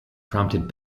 prompted